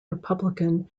republican